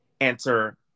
answer